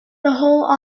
whole